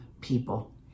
people